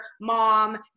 mom